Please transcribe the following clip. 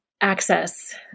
access